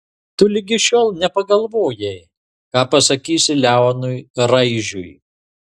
tu ligi šiol nepagalvojai ką pasakysi leonui raižiui